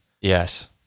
Yes